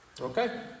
okay